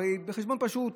הרי בחשבון פשוט,